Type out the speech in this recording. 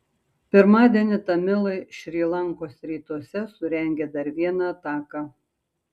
pirmadienį tamilai šri lankos rytuose surengė dar vieną ataką